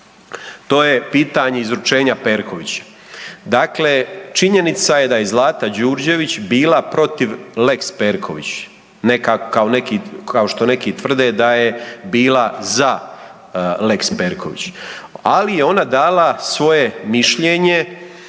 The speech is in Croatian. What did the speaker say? To je pitanje izručenja Perkovića. Dakle, činjenica je da je Zlata Đurđević bila protiv lex Perković. Ne kao što neki tvrde da je bila za lex Perković, ali je ona dala svoje mišljenje